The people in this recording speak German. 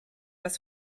das